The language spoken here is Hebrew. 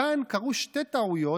כאן קרו שתי טעויות,